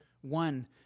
one